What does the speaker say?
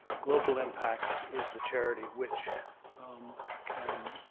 global impact is the charity which can